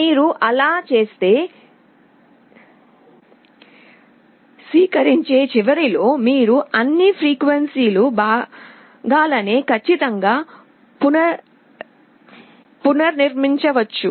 మీరు అలా చేస్తే స్వీకరించే చివరలో మీరు అన్ని ఫ్రీక్వెన్సీ భాగాలను ఖచ్చితంగా పునర్నిర్మించవచ్చు